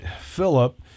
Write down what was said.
Philip